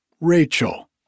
Rachel